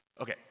Okay